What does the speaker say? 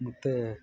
ಮತ್ತೆ